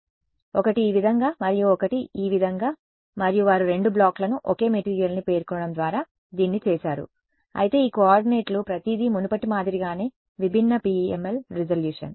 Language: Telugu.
కాబట్టి ఒకటి ఈ విధంగా మరియు ఒకటి ఈ విధంగా మరియు వారు రెండు బ్లాక్లను ఒకే మెటీరియల్ని పేర్కొనడం ద్వారా దీన్ని చేసారు అయితే ఈ కోఆర్డినేట్లు ప్రతిదీ మునుపటి మాదిరిగానే విభిన్న PML రిజల్యూషన్